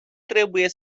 trebuie